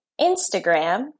Instagram